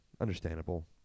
understandable